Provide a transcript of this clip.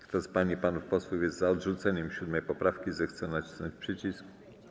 Kto z pań i panów posłów jest za odrzuceniem 7. poprawki, zechce nacisnąć przycisk.